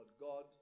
God